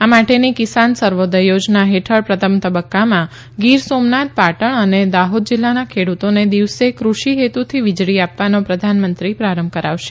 આ માટેની કિસાન સર્વોદય યોજના હેઠળ પ્રથમ તબક્કામાં ગીર સોમનાથ પાટણ અને દાહોદ જિલ્લાના ખેડૂતોને દિવસે કૃષિહેતુથી વીજળી આપવાનો પ્રધાનમંત્રી પ્રારંભ કરાવશે